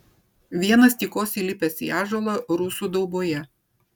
vienas tykos įlipęs į ąžuolą rusų dauboje